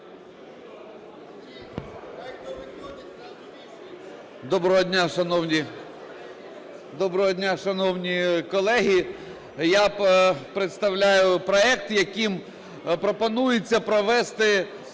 Доброго дня, шановні колеги! Я представляю проект, яким пропонується провести